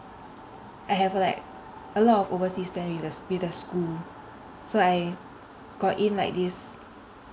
I have like a lot of overseas plan with the with the school so I got in like this